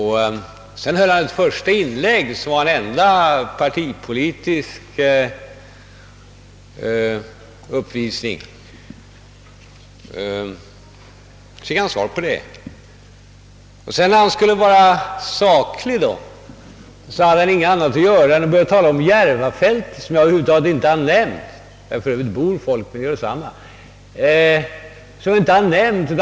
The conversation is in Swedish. Hans första inlägg var en enda partipolitisk uppvisning. Sedan fick han svar på det. Då hade han ingenting annat att göra än att börja tala om Järvafältet som jag över huvud taget inte har nämnt — där bor folk, men det gör detsamma.